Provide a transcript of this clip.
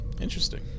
Interesting